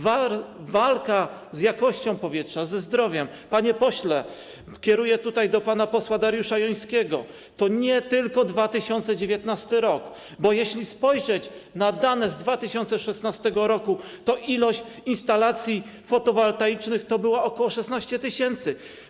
Walka związana z jakością powietrza, ze zdrowiem, panie pośle - kieruję to do pana posła Dariusza Jońskiego - to nie tylko 2019 r., bo jeśli spojrzeć na dane z 2016 r., to instalacji fotowoltaicznych było ok. 16 tys.